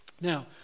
Now